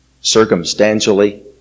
circumstantially